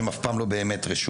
שהם אף פעם לא באמת רשות,